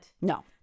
No